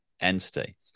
entity